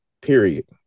Period